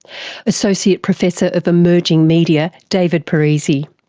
associate professor of emerging media, david parisi.